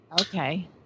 Okay